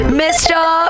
mr